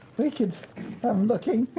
we could i'm looking.